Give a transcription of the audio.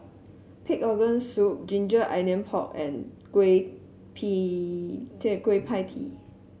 Pig Organ Soup ginger onion pork and Kueh Kuch Pie Tee